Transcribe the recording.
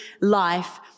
life